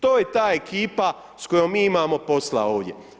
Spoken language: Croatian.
To je ta ekipa s kojom mi imamo posla ovdje.